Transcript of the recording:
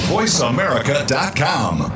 VoiceAmerica.com